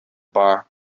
bar